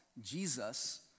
Jesus